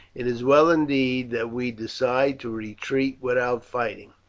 it is well indeed that we decided to retreat without fighting,